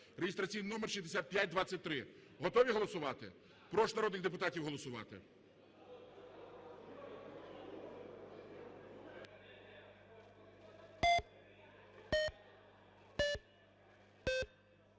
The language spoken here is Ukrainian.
(реєстраційний номер 6523). Готові голосувати? Прошу народних депутатів голосувати.